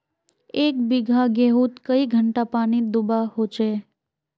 एक बिगहा गेँहूत कई घंटा पानी दुबा होचए?